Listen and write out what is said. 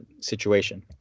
situation